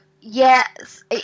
yes